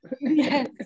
Yes